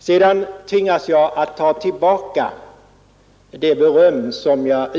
Sedan tvingas jag att ta tillbaka det beröm som jag